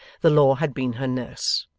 the law had been her nurse.